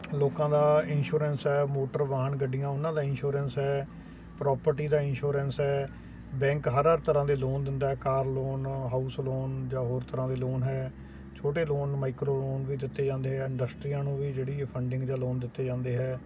ਲੋਕਾਂ ਦਾ ਇੰਸ਼ੋਰੈਂਸ ਹੈ ਮੋਟਰ ਵਾਹਨ ਗੱਡੀਆਂ ਉਨ੍ਹਾਂ ਦਾ ਇੰਸ਼ੋਰੈਂਸ ਹੈ ਪ੍ਰੋਪਰਟੀ ਦਾ ਇੰਸ਼ੋਰੈਂਸ ਹੈ ਬੈਂਕ ਹਰ ਹਰ ਤਰ੍ਹਾਂ ਦੇ ਲੋਨ ਦਿੰਦਾ ਹੈ ਕਾਰ ਲੋਨ ਹਾਊਸ ਲੋਨ ਜਾਂ ਹੋਰ ਤਰ੍ਹਾਂ ਦੇ ਲੋਨ ਹੈ ਛੋਟੇ ਲੋਨ ਮਾਈਕਰੋ ਲੋਨ ਵੀ ਦਿੱਤੇ ਜਾਂਦੇ ਹੈ ਇੰਡਸਟਰੀਆਂ ਨੂੰ ਵੀ ਜਿਹੜੀ ਇਹ ਫੰਡਿੰਗ ਜਾਂ ਲੋਨ ਦਿੱਤੇ ਜਾਂਦੇ ਹੈ